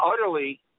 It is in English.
utterly